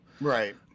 right